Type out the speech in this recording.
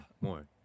more